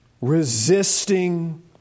resisting